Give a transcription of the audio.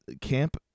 Camp